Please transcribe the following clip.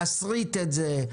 להסריט את זה,